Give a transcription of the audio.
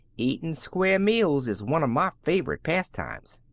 eatin' square meals is one of my favorite pastimes.